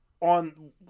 on